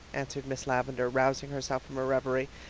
answered miss lavendar, rousing herself from her reverie.